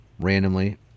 randomly